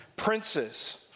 Princes